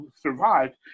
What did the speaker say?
survived